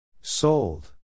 Sold